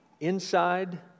inside